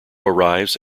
arrives